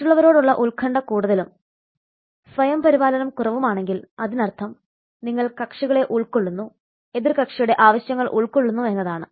മറ്റുള്ളവരോടുള്ള ഉത്കണ്ഠ കൂടുതലും സ്വയം പരിപാലനം കുറവുമാണെങ്കിൽ അതിനർത്ഥം നിങ്ങൾ കക്ഷികളെ ഉൾകൊള്ളുന്നു എതിർകക്ഷിയുടെ ആവശ്യങ്ങൾ ഉൾക്കൊള്ളുന്നു എന്നതാണ്